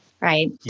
Right